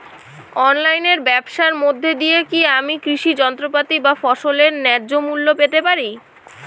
অনলাইনে ব্যাবসার মধ্য দিয়ে কী আমি কৃষি যন্ত্রপাতি বা ফসলের ন্যায্য মূল্য পেতে পারি?